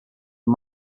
are